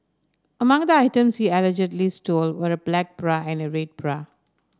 among the items he allegedly stole were a black bra and a red bra